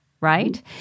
Right